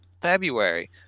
February